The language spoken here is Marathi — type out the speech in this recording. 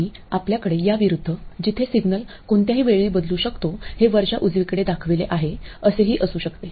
आणि आपल्याकडे याविरुद्ध जिथे सिग्नल कोणत्याही वेळी बदलू शकतो हे वरच्या उजवीकडे दाखविले आहे असेही असू शकते